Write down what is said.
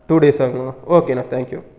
two days ஆகுமா ஓகேண்ணா thank you